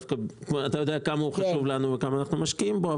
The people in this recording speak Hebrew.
ואתה יודע כמה הוא חשוב לנו וכמה אנחנו משקיעים בו,